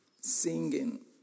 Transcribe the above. singing